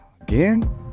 Again